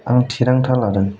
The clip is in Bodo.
आं थिरांथा लादों